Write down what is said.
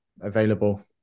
available